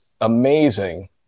amazing